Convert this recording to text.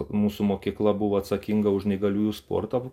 mūsų mokykla buvo atsakinga už neįgaliųjų sportą